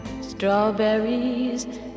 Strawberries